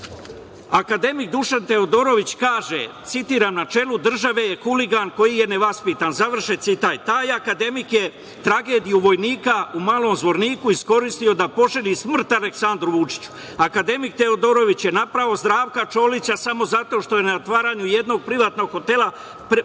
novinari. Akademik Dušan Teodorović kaže, citiram – na čelu države je huligan koji je nevaspitan. Završne citat. Taj akademik je tragediju vojnika u Malom Zvorniku iskoristio da poželi smrt Aleksandru Vučiću. Akademik Teodorović je napao Zdravka Čolića samo zato što je na otvaranju jednog privatnog hotela pevao